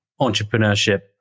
entrepreneurship